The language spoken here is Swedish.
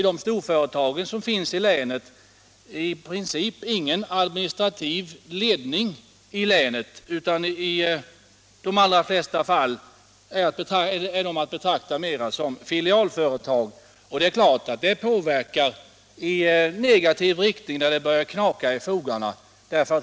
De storföretag som finns i länet t.ex. har i princip ingen administrativ ledning där utan är i de flesta fall att betrakta mera som filialföretag. Det är klart att det är en sak som verkar i negativ riktning, när det börjar knaka i fogarna.